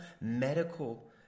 medical